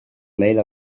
mail